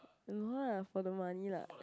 I don't know ah for the money lah